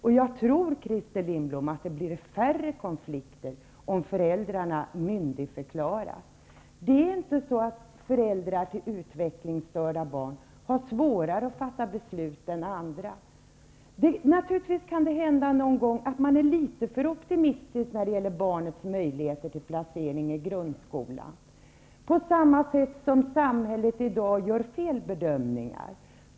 Jag tror, Christer Lindblom, att det blir färre konflikter om föräldrarna myndigförklaras. Det är inte så att föräldrar till utvecklingsstörda barn har svårare att fatta beslut än andra. Naturligtvis kan det någon gång hända att man är litet för optimistisk när det gäller barnets möjligheter till placering i grundskola, på samma sätt som samhället i dag gör felbedömningar.